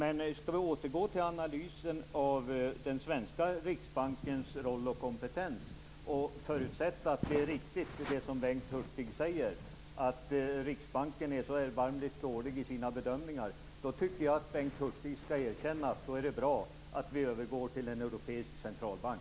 Om vi återgår till den svenska riksbankens analys och kompetens, och förutsätter att det som Bengt Hurtig säger är riktigt och att Riksbanken är så erbarmligt dålig i sina bedömningar, tycker jag att Bengt Hurtig skall erkänna att det är bra att vi övergår till en europeisk centralbank.